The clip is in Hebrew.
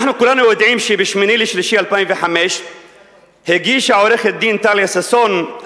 אנחנו כולנו יודעים שב-8 במרס 2005 הגישה עורכת-הדין טליה ששון,